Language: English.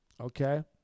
Okay